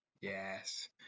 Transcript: yes